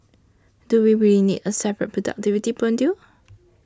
do we really need a separate productivity module